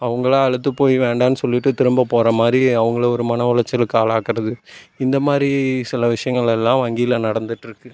அவங்களா அலுத்து போயி வேண்டான்னு சொல்லிகிட்டு திரும்ப போகிற மாதிரி அவங்கள ஒரு மனஉளைச்சலுக்கு ஆளாக்கறது இந்த மாதிரி சில விஷயங்களெல்லாம் வங்கியில் நடந்துட்டுருக்குது